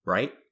Right